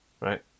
right